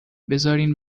بذارین